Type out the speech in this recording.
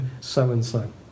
so-and-so